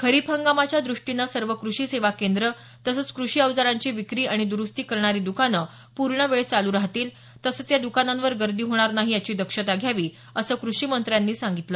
खरीप हंगामाच्या दृष्टीनं सर्व कृषी सेवा केंद्रं तसंच कृषी अवजारांची विक्री आणि दुरुस्ती करणारी दुकानं पूर्ण वेळ चालू राहतील तसंच या दुकानांवर गर्दी होणार नाही याची दक्षता घ्यावी असं कृषिमंत्र्यांनी सांगितलं